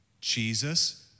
Jesus